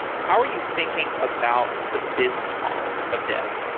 how are you thinking about the business model of dev?